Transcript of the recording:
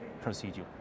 procedure